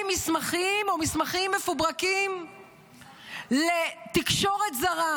מסמכים או מסמכים מפוברקים לתקשורת זרה,